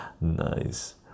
Nice